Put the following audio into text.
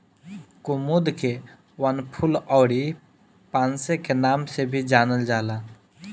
कुमुद के वनफूल अउरी पांसे के नाम से भी जानल जाला